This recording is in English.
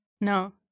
No